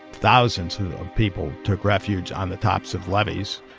thousands of people took refuge on the tops of levees.